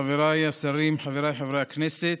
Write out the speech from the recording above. חבריי חברי הכנסת,